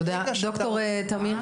תודה, ד"ר תמיר.